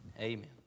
Amen